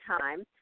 time